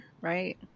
right